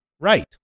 right